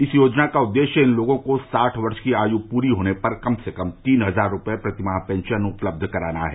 इस योजना का उद्देश्य इन लोगों को साठ वर्ष की आयु पूरी होने पर कम से कम तीन हजार रुपए प्रतिमाह पेंशन उपलब्ध कराना है